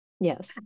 Yes